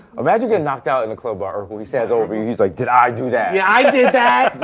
imagine getting knocked out in a club by urkel. he stands over you, he's like, did i do that? yeah, i did that.